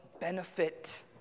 benefit